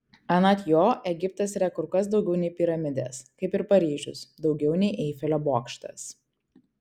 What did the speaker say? anot jo egiptas yra kur kas daugiau nei piramidės kaip ir paryžius daugiau nei eifelio bokštas